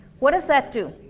what does that do?